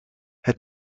het